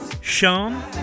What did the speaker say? Sean